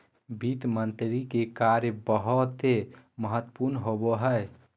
वित्त मंत्री के कार्य बहुते महत्वपूर्ण होवो हय